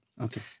Okay